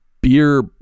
Beer